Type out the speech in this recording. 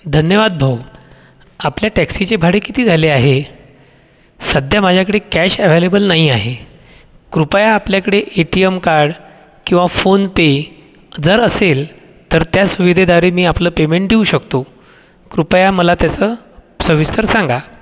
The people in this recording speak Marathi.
धन्यवाद भाऊ आपल्या टॅक्सीचे भाडे किती झाले आहे सध्या माझ्याकडे कॅश अव्हेलेबल नाही आहे कृपया आपल्याकडे ए टी एम कार्ड किंवा फोनपे जर असेल तर त्या सुविधेद्वारे मी आपलं पेमेंट देऊ शकतो कृपया मला तसं सविस्तर सांगा